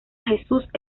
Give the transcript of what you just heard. jesús